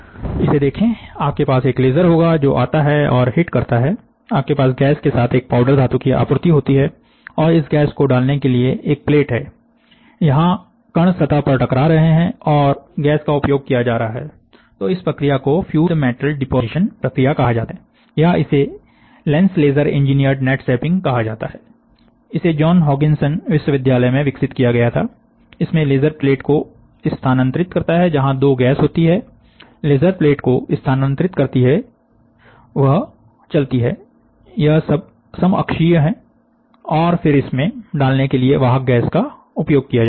तो इसे देखें आपके पास एक लेज़र होगा जो आता है और हिट करता है आपके पास गैस के साथ एक पाउडर धातु की आपूर्ति होती है और इस गैस को डालने के लिए एक प्लेट है यहां कण सतह पर टकरा रहे हैं और गैस का उपयोग किया जा रहा है तो इस प्रक्रिया को फ्यूज़्ड मेटल डिपोजिशन प्रक्रिया कहा जाता है या इसे lens laser engineered net shaping कहा जाता है इसे जॉन हॉकिंसन विश्वविद्यालय में विकसित किया गया था इसमें लेजर प्लेट को स्थानांतरित करता है जहां दो गैस होती है लेजर प्लेट को स्थानांतरित करती है जहां दो गैस होती हैं वह भी चलती है यह सब समाक्षीय है और फिर इसमें डालने के लिए वाहक गैस का उपयोग किया जाता है